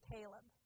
Caleb